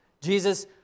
Jesus